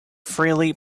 freely